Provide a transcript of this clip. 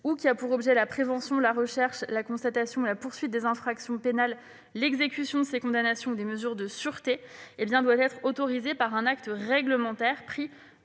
ou qui a pour objet la prévention, la recherche, la constatation et la poursuite des infractions pénales, l'exécution des condamnations et des mesures de sûreté, doit être autorisé par un acte réglementaire pris